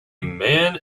man